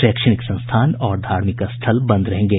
शैक्षणिक संस्थान और धार्मिक स्थल बंद रहेंगे